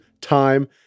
Time